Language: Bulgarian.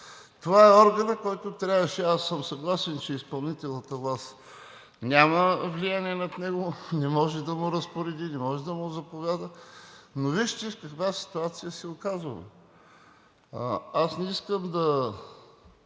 Това е органът, който трябваше… Съгласен съм, че изпълнителната власт няма влияние над него, не може да му разпореди, не може да му заповяда, но вижте в каква ситуация се оказваме. Не искам да